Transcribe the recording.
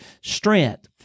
strength